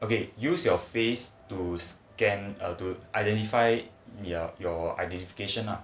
okay use your face to scan err to identify your your identification ah